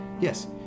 Yes